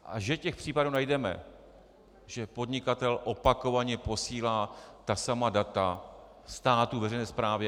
A že těch případů najdeme, že podnikatel opakovaně posílá ta samá data státu, veřejné správě.